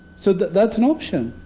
so that that's an option.